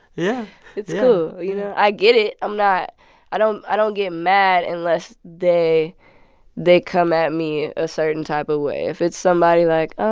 yeah it's cool, so you know. i get it. i'm not i don't i don't get mad unless they they come at me a certain type of way. if it's somebody, like, um,